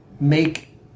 make